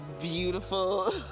beautiful